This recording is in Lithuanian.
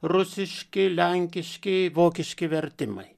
rusiški lenkiški vokiški vertimai